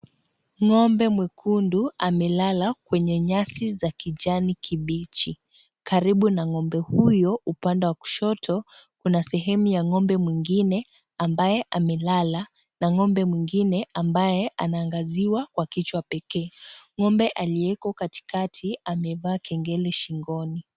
Ng'ombe mwekundu amelala Kwenye nyasi ya rangi ya kijanikibichi, karibu na ng'ombe huyo upande wa kushoto, kuna sehemu ya ng'ombe mwingine ambaye amelala na ng'ombe mwingine ambaye anaangaziwa kwa kichwa pekee, ng'ombe aliye katikati amevaa kengele shingoni.